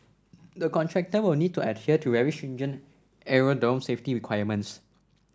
the contractor will need to adhere to very stringent aerodrome safety requirements